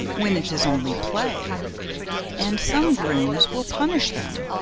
when it is only play and some grooms will punish them,